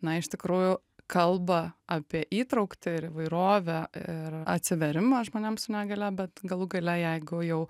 na iš tikrųjų kalba apie įtrauktį ir įvairovę ir atsivėrimą žmonėms su negalia bet galų gale jeigu jau